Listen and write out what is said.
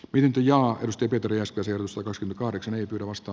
opintoja pystytetyllä spesialisoidus kahdeksan etuosto